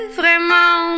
vraiment